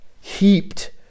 heaped